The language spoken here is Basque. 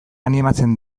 animatzen